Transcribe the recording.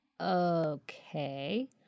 okay